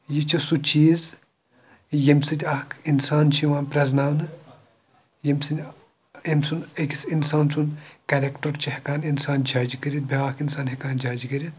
یہِ چھِ سُہ چیٖز ییٚمہِ سۭتۍ اکھ اِنسان چھُ یِوان پرٛٮ۪زناونہٕ ییٚمہِ سۭتۍ أمۍ سُنٛد أکِس اِنسان سُنٛد کٮ۪رٮ۪کٹَر چھُ ہٮ۪کان اِنسان جَج کٔرِتھ بیٛاکھ اِنسان ہٮ۪کان جَج کٔرِتھ